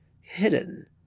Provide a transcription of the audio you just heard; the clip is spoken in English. hidden